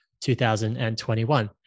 2021